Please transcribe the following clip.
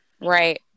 Right